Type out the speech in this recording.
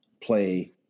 play